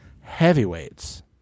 Heavyweights